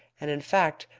and in fact,